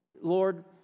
Lord